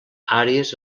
àrees